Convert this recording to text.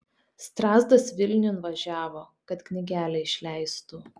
strazdas vilniun važiavo kad knygelę išleistų